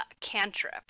cantrip